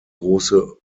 große